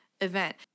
event